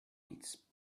beats